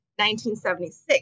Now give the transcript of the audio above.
1976